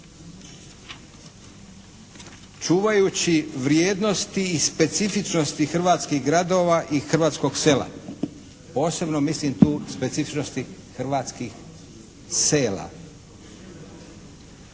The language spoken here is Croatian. Čuvajući vrijednosti i specifičnosti hrvatskih gradova i hrvatskog sela. Posebno mislim tu specifičnosti hrvatskih sela.